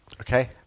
Okay